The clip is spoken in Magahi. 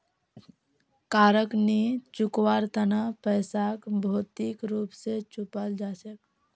कारक नी चुकवार तना पैसाक भौतिक रूप स चुपाल जा छेक